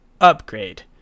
upgrade